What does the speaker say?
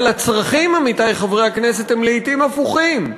אבל הצרכים, עמיתי חברי הכנסת, הם לעתים הפוכים.